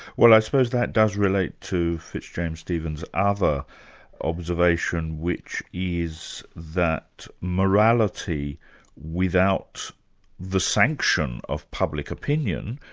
well i suppose that does relate to fitzjames stephen's other observation which is that morality without the sanction of public opinion,